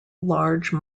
large